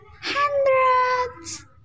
Hundreds